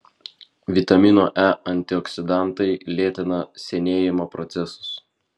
vitamino e antioksidantai lėtina senėjimo procesus